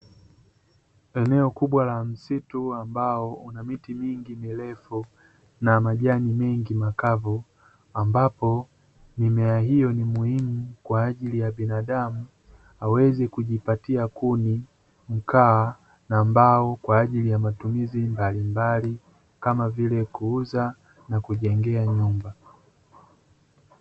Eneo kubwa la msitu ambao una miti mingi mirefu na majani mengi makavu ambapo mimea hiyo ni muhimu kwa ajili ya binadamu aweze kujipatia kuni, mkaa na mbao kwa ajili ya matumizi mbalimbali kama vile kuuza na kujengea nyumba.